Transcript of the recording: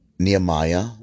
Nehemiah